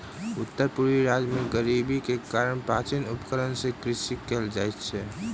उत्तर पूर्वी राज्य में गरीबी के कारण प्राचीन उपकरण सॅ कृषि कयल जाइत अछि